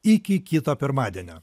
iki kito pirmadienio